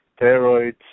steroids